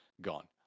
gone